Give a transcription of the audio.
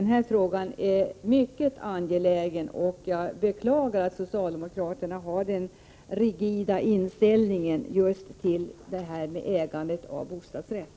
Denna fråga är mycket angelägen, och jag beklagar att socialdemokraterna har den rigida inställningen just till ägandet av bostadsrätt.